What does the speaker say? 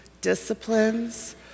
disciplines